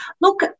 Look